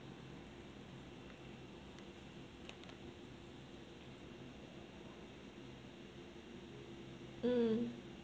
mm